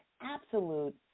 absolute